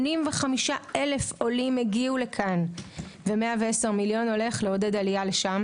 85,000 עולים הגיעו לכאן ו-110 מיליון הולך לעידוד עלייה שם.